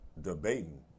debating